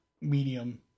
medium